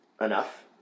Enough